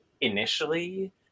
initially